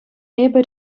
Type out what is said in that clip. эпӗ